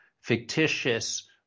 fictitious